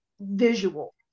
visual